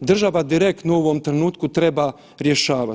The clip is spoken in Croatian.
država direktno u ovom trenutku treba rješavati.